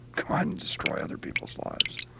go on and destroy other people's lives.